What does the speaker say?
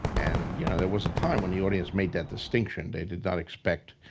and you know there was a time when the audience made that distinction. they did not expect